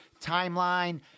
timeline